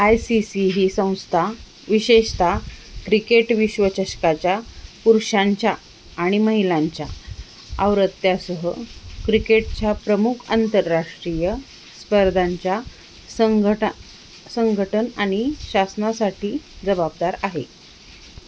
I C C ही संस्था विशेषता क्रिकेट विश्वचषकाच्या पुरुषांच्या आणि महिलांच्या आवृत्त्यासह क्रिकेटच्या प्रमुख आंतरराष्ट्रीय स्पर्धांच्या संघट संघटना आणि शासनासाठी जबाबदार आहे